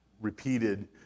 repeated